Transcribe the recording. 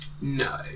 No